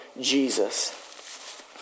Jesus